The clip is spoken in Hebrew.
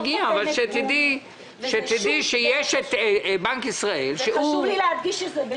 שתדעי שיש את בנק ישראל --- חשוב לי להדגיש את זה.